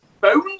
bones